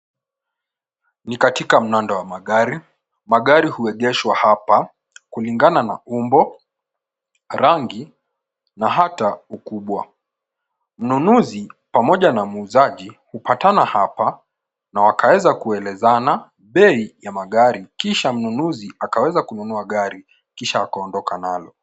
Ni katika mnondo wa magari. Magari huegeshwa hapa kulingana na umbo, rangi na hata ukubwa. Mnunuzi pamoja an muuzaji hupatana hapa na wakaweza kuelezeana bei ya magari kisha mnunuzi akaweza kununua gari kisha akaondoka nalo.